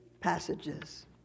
passages